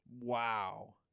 Wow